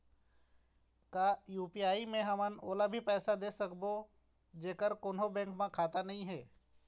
UPI मे हमन ओला भी पैसा दे सकबो जेकर कोन्हो बैंक म खाता नई हे?